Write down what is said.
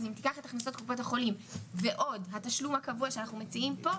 אז אם תיקח את הכנסות קופות החולים ועוד התשלום הקבוע שאנחנו מציעים פה,